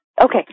Okay